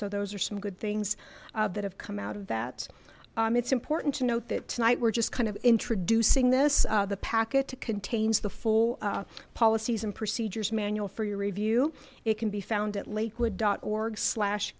so those are some good things that have come out of that it's important to note that tonight we're just kind of introducing this the packet contains the full policies and procedures manual for your review it can be found at lakewood org slash